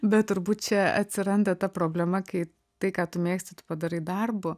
bet turbūt čia atsiranda ta problema kaip tai ką tu mėgsti tu padarai darbu